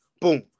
Boom